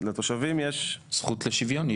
יש זכות לשוויון?